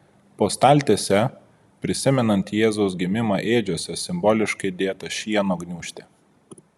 po staltiese prisimenant jėzaus gimimą ėdžiose simboliškai dėta šieno gniūžtė